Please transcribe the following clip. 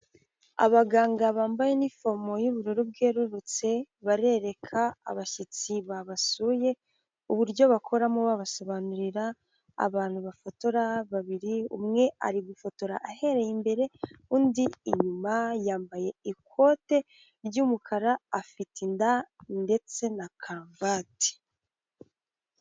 abaganga bambaye inifomo y'ubururu bwerurutse, barereka abashyitsi babasuye uburyo bakoramo babasobanurira. Abantu bafotora babiri umwe ari gufotora ahereye imbere, undi inyuma yambaye ikote ry'umukara afite inda ndetse na karuvati.